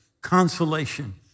consolation